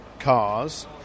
cars